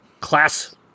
class